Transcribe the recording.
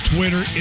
Twitter